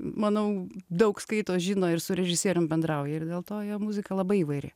manau daug skaito žino ir su režisierium bendrauja ir dėl to jo muzika labai įvairi